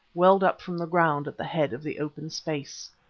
welled up from the ground at the head of the open space.